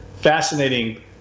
fascinating